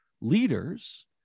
leaders